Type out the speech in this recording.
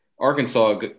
Arkansas